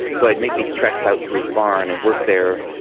so, i'd make these treks out to his barn and work there,